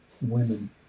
women